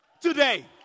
Today